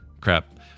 crap